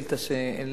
אין